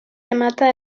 remata